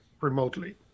remotely